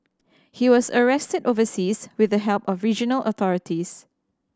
he was arrested overseas with the help of regional authorities